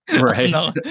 Right